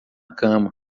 cama